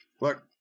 look